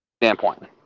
standpoint